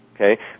Okay